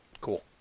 Cool